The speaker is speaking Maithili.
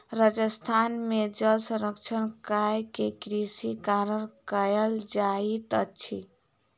राजस्थान में जल संरक्षण कय के कृषि कार्य कयल जाइत अछि